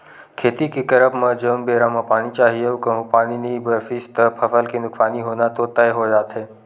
खेती के करब म जउन बेरा म पानी चाही अऊ कहूँ पानी नई बरसिस त फसल के नुकसानी होना तो तय हो जाथे